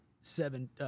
seven